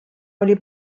oli